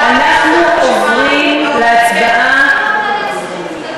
אנחנו עוברים להצבעה.